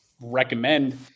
recommend